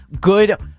good